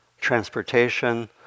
transportation